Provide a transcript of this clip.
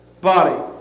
body